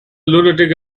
lunatic